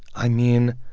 i mean,